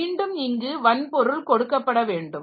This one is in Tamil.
மீண்டும் இங்கு வன்பொருள் கொடுக்கப்படவேண்டும்